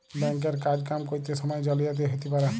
bank এর কাজ কাম ক্যরত সময়ে জালিয়াতি হ্যতে পারে